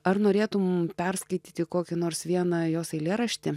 ar norėtum perskaityti kokį nors vieną jos eilėraštį